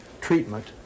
treatment